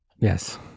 Yes